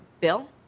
bill